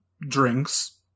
drinks